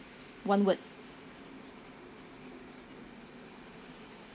one word